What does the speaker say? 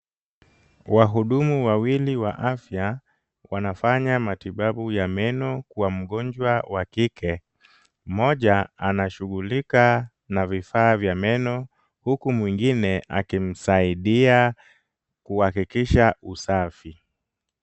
Wahudumu wawili wa afya wanafanya matibabu ya meno kwa mgonjwa wa kike. Mmoja anashughulika na vifaa vya meno huku mwingine akimsaidia kuhakikisha usafi.